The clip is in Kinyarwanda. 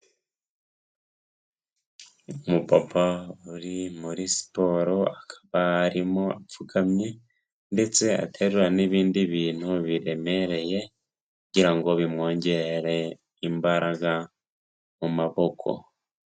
Umupapa uri muri siporo akaba arimo apfukamye ndetse aterura n'ibindi bintu biremereye kugira ngo bimwongerere imbaraga mu maboko.